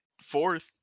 fourth